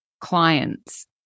clients